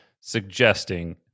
suggesting